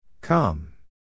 come